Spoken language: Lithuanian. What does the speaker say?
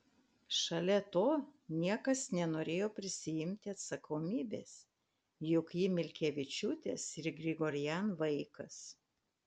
šalia to niekas nenorėjo prisiimti atsakomybės juk ji milkevičiūtės ir grigorian vaikas